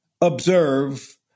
observe